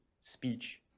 speech